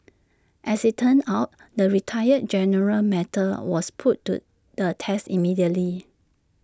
as IT turned out the retired general's mettle was put to the test immediately